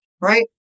right